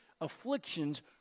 afflictions